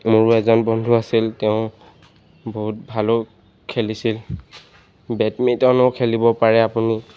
মোৰো এজন বন্ধু আছিল তেওঁ বহুত ভালো খেলিছিল বেডমিণ্টনো খেলিব পাৰে আপুনি